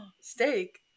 steak